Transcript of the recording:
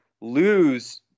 lose